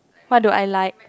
what do I like